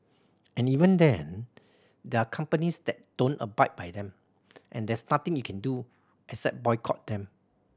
and even then there are companies that don't abide by them and there's nothing you can do except boycott them